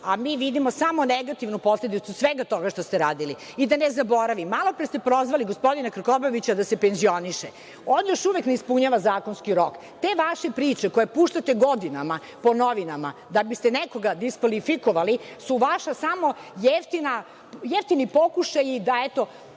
a mi vidimo samo negativnu posledicu svega toga što ste radili.I da ne zaboravim, malopre ste prozvali gospodina Krkobabića da se penzioniše, on još uvek ne ispunjava zakonski rok. Te vaše priče koje puštate godinama po novinama da biste nekoga diskvalifikovali su vaši samo jeftini pokušaji da se,